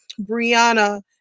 Brianna